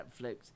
Netflix